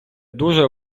дуже